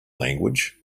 language